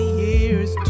years